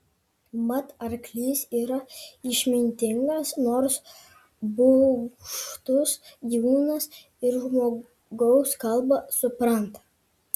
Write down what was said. mat arklys yra išmintingas nors bugštus gyvūnas ir žmogaus kalbą supranta